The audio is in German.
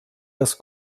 das